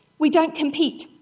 we don't compete,